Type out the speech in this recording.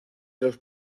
los